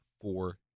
four